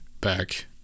back